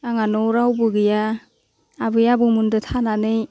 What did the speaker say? आङा न'वाव रावबो गैया आबै आबौ मोनदो थानानै